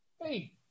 hey